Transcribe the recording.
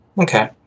Okay